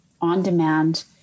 on-demand